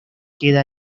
queda